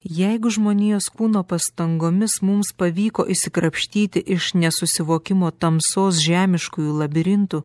jeigu žmonijos kūno pastangomis mums pavyko išsikrapštyti iš nesusivokimo tamsos žemiškųjų labirintu